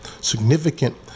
significant